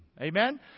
Amen